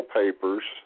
papers